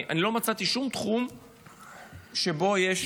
אני לא מצאתי שום תחום שבו יש